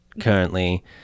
currently